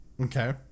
Okay